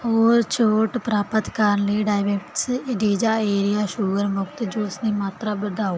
ਹੋਰ ਛੋਟ ਪ੍ਰਾਪਤ ਕਰਨ ਲਈ ਡਾਏਬਿਟਿਕਸ ਡੇਜ਼ਾਏਅਰ ਸ਼ੂਗਰ ਮੁਕਤ ਜੂਸ ਦੀ ਮਾਤਰਾ ਵਧਾਓ